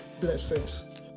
Blessings